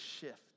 shift